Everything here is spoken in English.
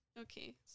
okay